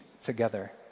together